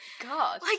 God